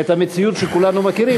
המציאות שכולנו מכירים,